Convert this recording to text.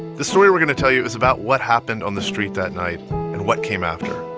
the story we're going to tell you is about what happened on the street that night and what came after,